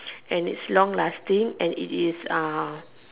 and it's long lasting and it is uh